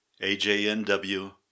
AJNW